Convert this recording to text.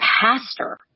pastor